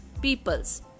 peoples